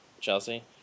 Chelsea